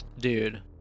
Dude